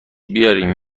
بیارین